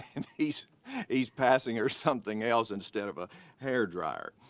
and he's he's passing her something else instead of a hair dryer.